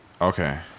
Okay